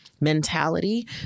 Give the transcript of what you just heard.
Mentality